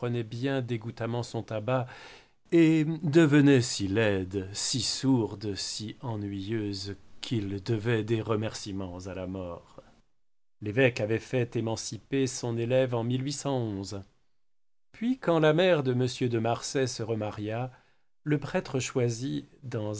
bien dégoûtamment son tabac et devenait si laide si sourde si ennuyeuse qu'il devait des remercîments à la mort l'évêque avait fait émanciper son élève en puis quand la mère de monsieur de marsay se remaria le prêtre choisit dans